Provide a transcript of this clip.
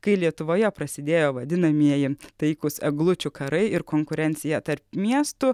kai lietuvoje prasidėjo vadinamieji taikūs eglučių karai ir konkurencija tarp miestų